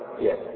Yes